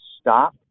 stop